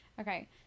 Okay